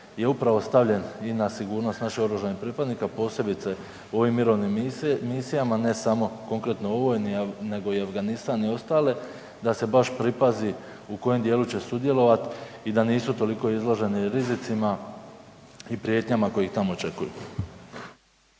je upravo stavljen i na sigurnost naših oružanih pripadnika, posebice u ovim mirovnim misijama, ne samo konkretno u ovoj nego i Afganistan i ostale da se baš pripazi u kojem dijelu će sudjelovat i da nisu toliko izloženi rizicima i prijetnjama koji ih tamo očekuju.